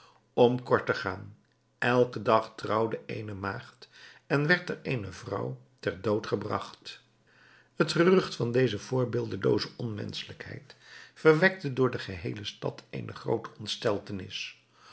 om kort te gaan elken dag trouwde eene maagd en werd er eene vrouw ter dood gebragt het gerucht van deze voorbeeldelooze onmenschelijkheid verwekte door de geheele stad eene groote